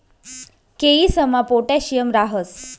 केयीसमा पोटॅशियम राहस